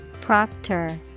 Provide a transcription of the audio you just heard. Proctor